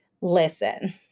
listen